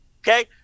Okay